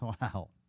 Wow